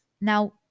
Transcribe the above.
Now